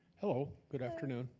hello, good afternoon.